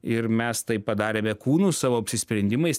ir mes tai padarėme kūnu savo apsisprendimais